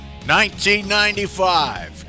1995